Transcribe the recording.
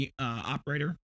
operator